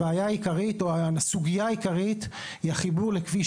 הבעיה העיקרית או הסוגייה העיקרית היא החיבור לכביש